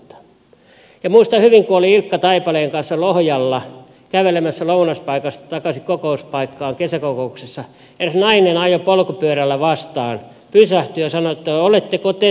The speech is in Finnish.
muistan hyvin kun olin ilkka taipaleen kanssa lohjalla kävelemässä lounaspaikasta takaisin kokouspaikkaan kesäkokouksessa kun eräs nainen ajoi polkupyörällä vastaan pysähtyi ja kysyi että oletteko te tohtori taipale